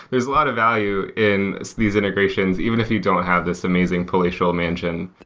there's a lot of value in these integrations, even if you don't have this amazing palatial mansion.